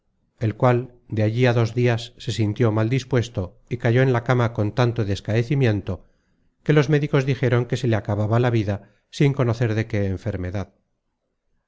el cual de allí á dos dias se sintió mal dispuesto y cayó en la cama con tanto descaecimiento que los médicos dijeron que se le acababa la vida sin conocer de qué enfermedad